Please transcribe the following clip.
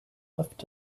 left